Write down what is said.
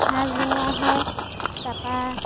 সাজ বনোৱা হয় তাৰপৰা